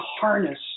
harness